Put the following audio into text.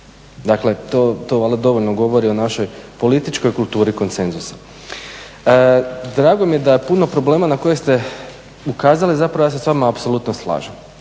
Dakle, to valjda dovoljno govori o našoj političkoj kulturi konsenzusa. Drago mi je da puno problema na koje ste ukazali zapravo ja se s vama apsolutno slažem.